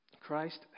Christ